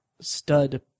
stud